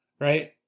right